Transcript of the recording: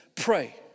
pray